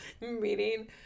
meeting